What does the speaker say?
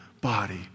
body